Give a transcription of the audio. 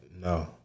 no